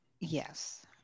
Yes